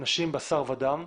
אנשים בשר ודם,